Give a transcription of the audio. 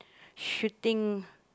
shooting